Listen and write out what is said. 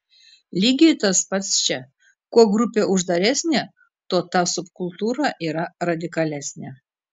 lygiai tas pats čia kuo grupė uždaresnė tuo ta subkultūra yra radikalesnė